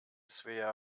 svea